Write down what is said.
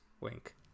Wink